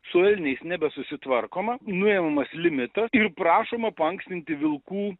su elniais nebesusitvarkoma nuimamas limitas ir prašoma paankstinti vilkų